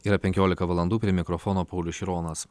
yra penkiolika valandų prie mikrofono paulius šironas